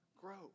grow